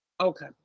Okay